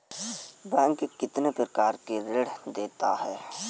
Bank कितने प्रकार के ऋण देता है?